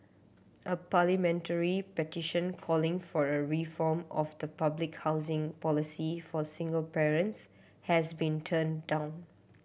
a parliamentary petition calling for a reform of the public housing policy for single parents has been turned down